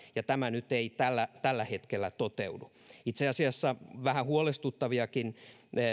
ja tämä nyt ei tällä tällä hetkellä toteudu itse asiassa on vähän huolestuttaviakin